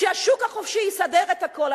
שהשוק החופשי יסדר את הכול.